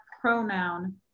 pronoun